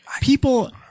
people